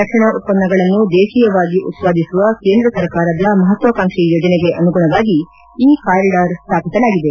ರಕ್ಷಣಾ ಉತ್ಪನ್ನಗಳನ್ನು ದೇಶೀಯವಾಗಿ ಉತ್ಪಾದಿಸುವ ಕೇಂದ್ರ ಸರ್ಕಾರದ ಮಹತ್ವಾಕಾಂಕ್ಷಿ ಯೋಜನೆಗೆ ಅನುಗುಣವಾಗಿ ಈ ಕಾರಿಡಾರ್ ಸ್ಥಾಪಿಸಲಾಗಿದೆ